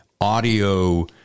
audio